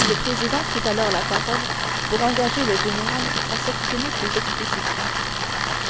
le président prit alors la parole pour engager le général à s'exprimer plus explicitement